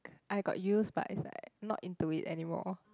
I got use but is like not into it anymore